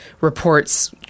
reports